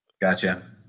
Gotcha